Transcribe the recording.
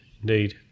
indeed